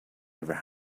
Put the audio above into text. never